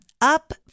up